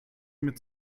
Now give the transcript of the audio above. mir